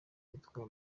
iyitwa